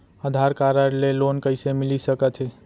आधार card ले loan कइसे मिलिस सकत हे?